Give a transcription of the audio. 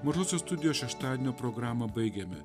mažosios studijos šeštadienio programą baigiame